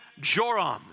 Joram